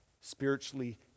Spiritually